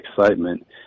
excitement